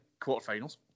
quarterfinals